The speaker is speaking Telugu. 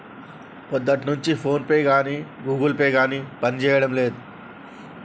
పొద్దున్నుంచి ఫోన్పే గానీ గుగుల్ పే గానీ పనిజేయడం లేదు